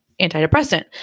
antidepressant